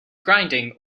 grinding